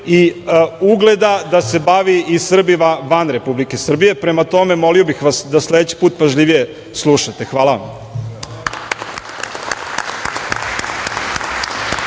i ugleda da se bavi i Srbima van Republike Srbije. Prema tome, molio bih vas da sledeći put pažljivije slušate. Hvala vam.